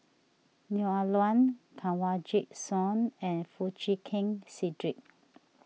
Neo Ah Luan Kanwaljit Soin and Foo Chee Keng Cedric